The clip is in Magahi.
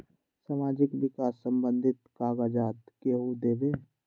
समाजीक विकास संबंधित कागज़ात केहु देबे?